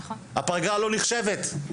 הפגרה לא נחשבת,